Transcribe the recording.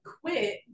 quit